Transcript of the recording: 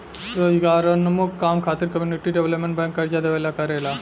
रोजगारोन्मुख काम खातिर कम्युनिटी डेवलपमेंट बैंक कर्जा देवेला करेला